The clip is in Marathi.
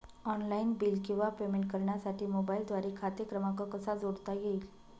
ऑनलाईन बिल किंवा पेमेंट करण्यासाठी मोबाईलद्वारे खाते क्रमांक कसा जोडता येईल?